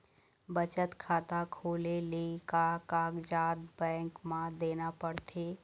बचत खाता खोले ले का कागजात बैंक म देना पड़थे?